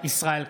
ישראל כץ,